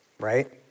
right